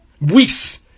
weeks